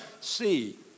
see